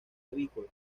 avícola